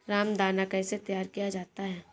रामदाना कैसे तैयार किया जाता है?